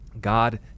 God